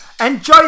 Enjoy